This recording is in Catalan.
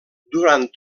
durant